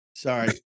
Sorry